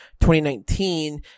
2019